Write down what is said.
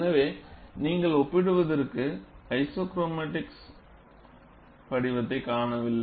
எனவே நீங்கள் ஒப்பிடுவதற்கு ஐசோக்ரோமாடிக்ஸ் வடிவத்தை காணவில்லை